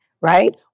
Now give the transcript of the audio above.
right